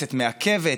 הכנסת מעכבת,